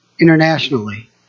internationally